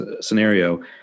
scenario